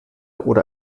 oder